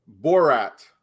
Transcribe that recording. Borat